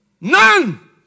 None